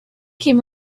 came